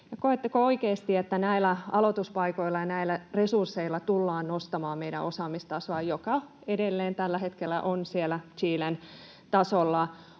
Koetteko oikeasti, että näillä aloituspaikoilla ja näillä resursseilla tullaan nostamaan meidän osaamistasoa, joka edelleen tällä hetkellä on siellä Chilen tasolla?